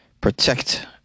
protect